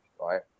right